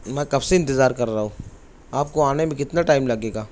میں کب سے انتظار کر رہا ہوں آپ کو آنے میں کتنا ٹائم لگے گا